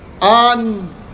on